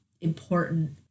important